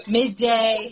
midday